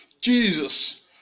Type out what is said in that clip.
Jesus